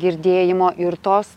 girdėjimo ir tos